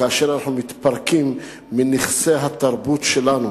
כאשר אנחנו מתפרקים מנכסי התרבות שלנו,